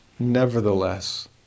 Nevertheless